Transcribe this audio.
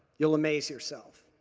you will amaze yourself.